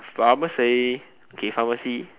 pharmacy okay pharmacy